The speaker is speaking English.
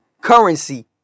Currency